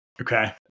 Okay